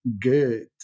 good